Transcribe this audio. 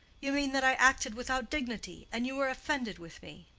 you mean that i acted without dignity, and you are offended with me.